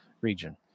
region